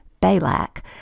Balak